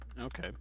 Okay